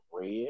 red